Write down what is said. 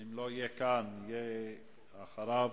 ואחריו,